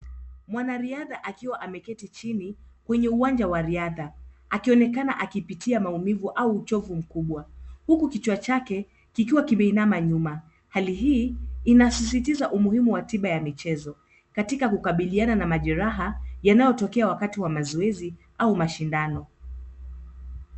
Mwanariadha akiwa ameketi chini kwenye uwanja wa riadha akionekana akipitia maumivu au uchovu mkubwa huku kichwa chake kikiwa kimeinama nyuma. Hali hii inasisitiza umuhimu wa tiba ya michezo katika kukabiliana na majeraha yanayotokea wakati wa mazoezi au mashindano.